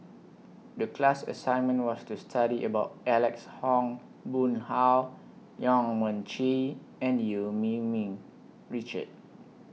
The class assignment was to study about Alex Ong Boon Hau Yong Mun Chee and EU Yee Ming Richard